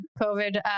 COVID